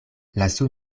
lasu